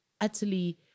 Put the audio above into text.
utterly